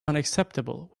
unacceptable